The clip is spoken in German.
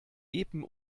epen